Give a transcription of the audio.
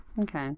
Okay